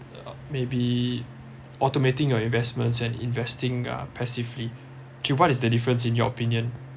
maybe automating on investments and investing uh passively okay what is the difference in your opinion